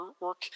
work